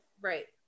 Right